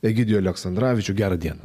egidijų aleksandravičių gera diena